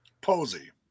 Posey